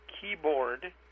keyboard